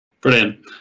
Brilliant